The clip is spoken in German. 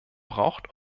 braucht